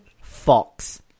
fox